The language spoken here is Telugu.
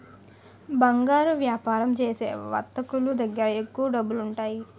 బంగారు వ్యాపారం చేసే వర్తకులు దగ్గర ఎక్కువ డబ్బులుంటాయి